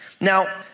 Now